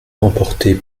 remportée